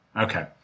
Okay